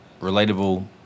relatable